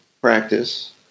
practice